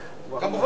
כמובן.